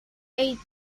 eight